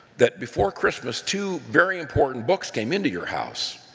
that before christmas, two very important books came into your house.